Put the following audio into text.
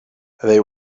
they